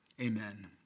Amen